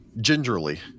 gingerly